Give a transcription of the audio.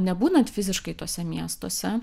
nebūnant fiziškai tuose miestuose